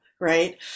right